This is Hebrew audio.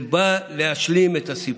זה בא להשלים את הסיפור,